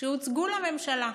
שהוצגו לממשלה.